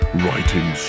writing